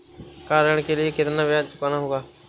Car ऋण के लिए कितना ब्याज चुकाना होगा?